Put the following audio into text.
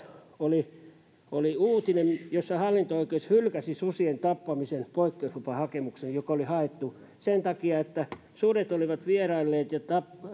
oli oli uutinen jonka mukaan hallinto oikeus hylkäsi susien tappamisen poikkeuslupahakemuksen joka oli haettu sen takia että sudet olivat vierailleet